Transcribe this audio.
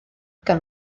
gan